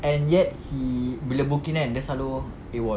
and yet he bila book in kan dia selalu AWOL